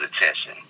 attention